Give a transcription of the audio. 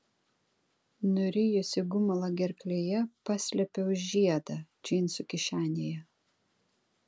nurijusi gumulą gerklėje paslėpiau žiedą džinsų kišenėje